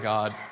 God